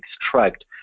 extract